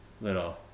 little